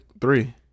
three